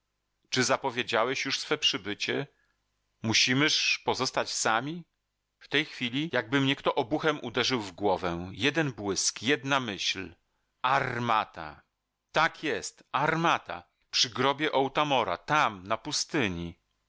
czy zapowiedziałeś już swe przybycie musimyż pozostać sami w tej chwili jakby mnie kto obuchem uderzył w głowę jeden błysk jedna myśl armata tak jest armata przy grobie otamora tam na pustyni